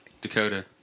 Dakota